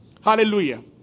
Hallelujah